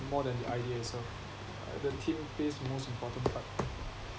more than the idea itself the team plays the most important part